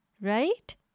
right